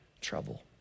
trouble